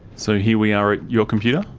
so here we are at your computer.